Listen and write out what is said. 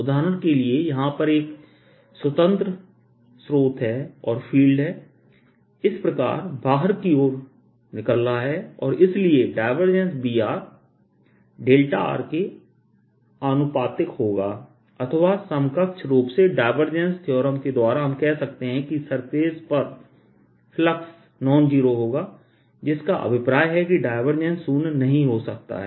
उदाहरण के लिए यहां पर एक स्वतंत्र स्रोत है और फील्ड इस प्रकार बाहर की ओर निकल रहा है और इसलिए Br δ के आनुपातिक होगा अथवा समकक्ष रूप से डायवर्जेंस थ्योरम के द्वारा हम कह सकते हैं कि सरफेस पर फ्लक्स नॉन जीरोNon zero होगा जिसका अभिप्राय है की डायवर्जेंस शून्य नहीं हो सकता है